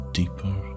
deeper